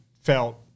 felt